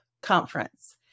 conference